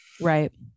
Right